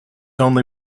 only